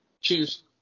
Cheers